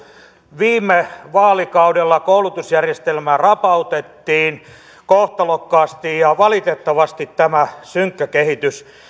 viime vaalikaudella koulutusjärjestelmä rapautettiin kohtalokkaasti ja valitettavasti tämä synkkä kehitys